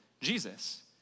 Jesus